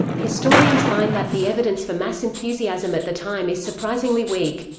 historians find that, the evidence for mass enthusiasm at the time is surprisingly weak.